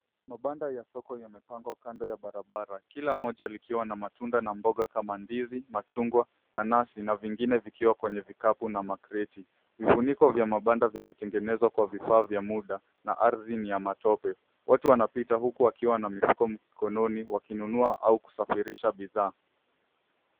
Mabanda ya soko yamepangwa kando ya barabara, kila moja likiwa na matunda na mboga kama ndizi machungwa, nanasi na vingine vikiwa kwenye vikapu na makreti. Vifuniko vya mabanda vimetengenezwa kwa vifaa vya muda na ardhi ni ya matope. Watu wanapita huku wakiwa na mifuko mkononi wakinunua au kusafirisha bidhaa.